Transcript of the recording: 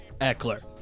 Eckler